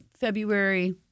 February